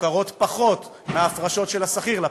שמוכרות פחות מההפרשות של השכיר לפנסיה.